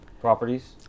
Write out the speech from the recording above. properties